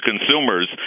consumers